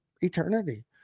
eternity